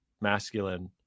masculine